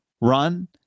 run